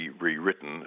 rewritten